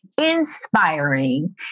inspiring